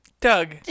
doug